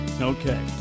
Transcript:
Okay